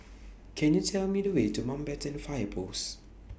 Can YOU Tell Me The Way to Mountbatten Fire Post